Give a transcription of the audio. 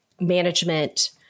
management